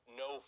no